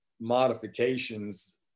modifications